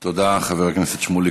תודה, חבר הכנסת שמולי.